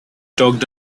talked